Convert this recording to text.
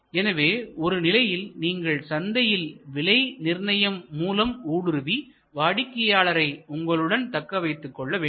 எனவே ஒரு நிலையில் நீங்கள் சந்தையில் விலை நிர்ணயம் மூலம் ஊடுருவி வாடிக்கையாளரை உங்களுடன் தக்க வைத்துக் கொள்ள வேண்டும்